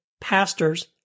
pastors